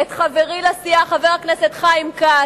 את חברי לסיעה חבר הכנסת חיים כץ,